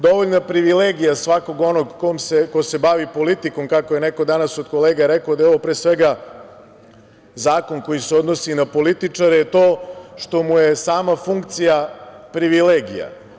Dovoljna privilegija svakog onog ko se bavi politikom, kako je neko od kolega danas rekao da je ovo pre svega zakon koji se odnosi na političare, je to što mu je sama funkcija privilegija.